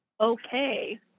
okay